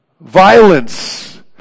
Violence